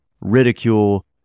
ridicule